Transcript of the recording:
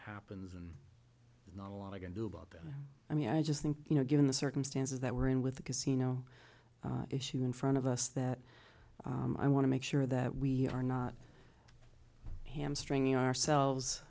happens and not a lot i can do about that i mean i just think you know given the circumstances that we're in with the casino issue in front of us that i want to make sure that we are not hamstringing ourselves